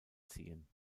ziehen